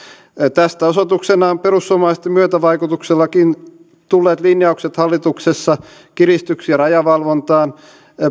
tästä osoituksena ovat perussuomalaisten myötävaikutuksellakin tulleet linjaukset hallituksessa kiristyksiä rajavalvontaan